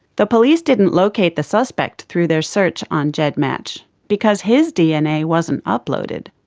the police didn't locate the suspect through their search on gedmatch because his dna wasn't uploaded.